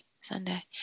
Sunday